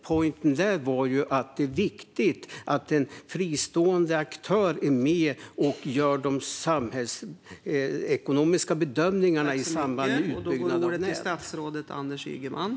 Pointen där var att det är viktigt att en fristående aktör är med och gör de samhällsekonomiska bedömningarna i samband med utbyggnad av nät.